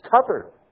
covered